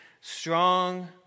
strong